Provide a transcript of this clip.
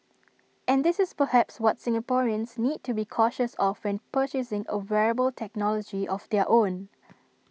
and this is perhaps what Singaporeans need to be cautious of when purchasing A wearable technology of their own